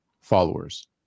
followers